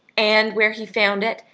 and where he found it,